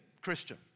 Christian